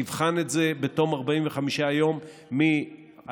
תבחן את זה בתום 45 יום מהלילה,